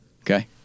Okay